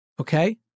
Okay